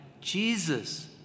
Jesus